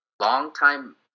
long-time